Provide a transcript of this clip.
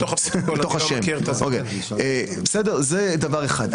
זה דבר אחד.